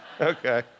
Okay